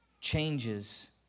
changes